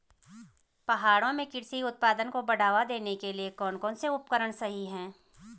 पहाड़ों में कृषि उत्पादन को बढ़ावा देने के लिए कौन कौन से उपकरण सही हैं?